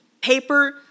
paper